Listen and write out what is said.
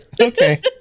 okay